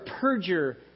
perjure